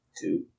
Two